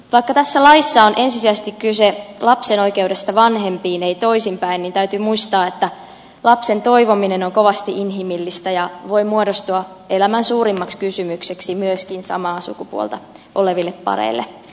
vaikka tässä laissa on ensisijaisesti kyse lapsen oikeudesta vanhempiin ei toisin päin niin täytyy muistaa että lapsen toivominen on kovasti inhimillistä ja voi muodostua elämän suurimmaksi kysymykseksi myöskin samaa sukupuolta oleville pareille